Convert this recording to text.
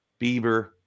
Bieber